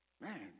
man